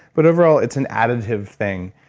but overall, it's an additive thing,